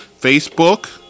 Facebook